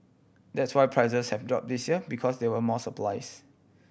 that's why prices have drop this year because there were more supplies